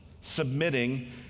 submitting